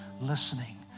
listening